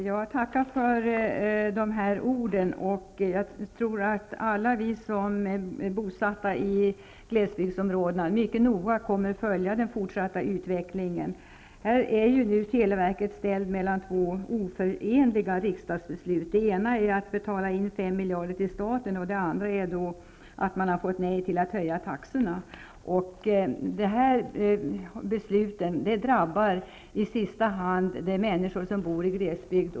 Herr talman! Jag tackar för dessa ord. Jag tror att alla vi som är bosatta i glesbygdsområdena mycket noga kommer att följa den fortsatta utvecklingen. Televerket är nu ställt mellan två oförenliga riksdagsbeslut. Det ena gäller att verket skall betala in 5 miljarder till staten, och det andra gäller att man inte får höja taxorna. Dessa beslut drabbar i sista hand de människor som bor i glesbygd.